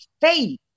faith